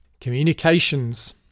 communications